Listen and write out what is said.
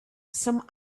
some